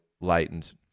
lightened